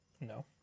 No